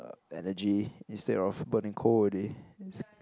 energy instead of burning coal old day